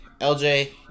LJ